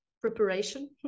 Preparation